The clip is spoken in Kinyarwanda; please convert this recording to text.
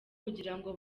kugirango